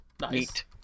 Nice